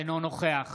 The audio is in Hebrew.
אינו נוכח